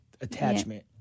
attachment